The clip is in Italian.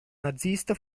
nazista